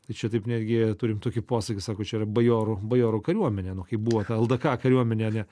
tai čia taip netgi turim tokį posakį sako čia yra bajorų bajorų kariuomenė nu kaip buvo ta ldk kariuomenė